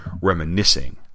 reminiscing